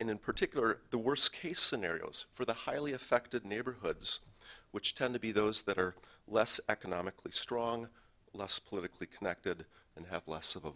in particular the worst case scenarios for the highly affected neighborhoods which tend to be those that are less economically strong less politically connected and have less of a